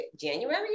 January